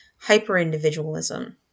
hyper-individualism